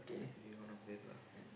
one of that lah